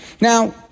Now